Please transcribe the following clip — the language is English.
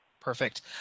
perfect